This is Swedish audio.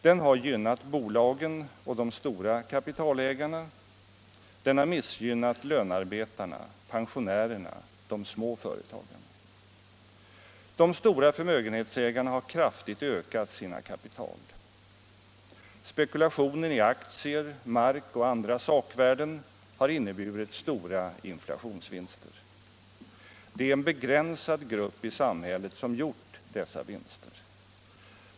Den har gynnat bolagen och de stora kapitalägarna. Den har missgynnat lönarbetarna, pensionärerna och de små företagarna. De stora förmögenhetsägarna har kraftigt ökat sina kapital. Spekulationen i aktier, mark och andra sakvärden har inneburit stora inflationsvinster. Det är en begränsad grupp i samhället som gjort dessa vinster.